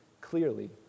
clearly